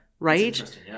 Right